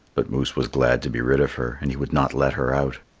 but moose was glad to be rid of her and he would not let her out.